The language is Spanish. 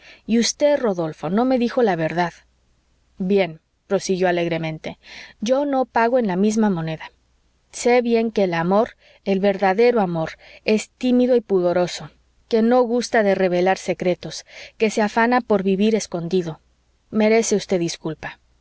y usted rodolfo no me dijo la verdad bien prosiguió alegremente yo no pago en la misma moneda sé bien que el amor el verdadero amor es tímido y pudoroso que no gusta de revelar secretos que se afana por vivir escondido merece usted disculpa